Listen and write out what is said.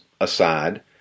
aside